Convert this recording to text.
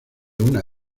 una